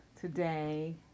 today